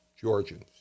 Georgians